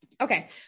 Okay